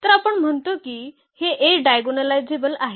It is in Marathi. तर आपण म्हणतो की हे A डायगोनलायझेबल आहे